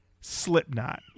Slipknot